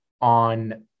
on